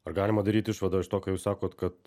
ar galima daryt išvadą iš to ką jūs sakot kad